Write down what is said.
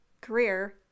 career